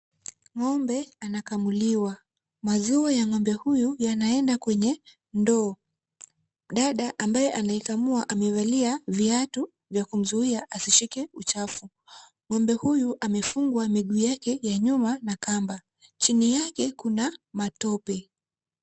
Ng'ombe anakamuliwa. Maziwa ya ng'ombe huyu yanaenda kwenye ndoo. Dada ambaye anamkamua amevalia viatu vya kumzuia asishike uchafu. Ng'ombe huyu amefungwa miguu yake ya nyuma na kamba. Chini yake kuna matope.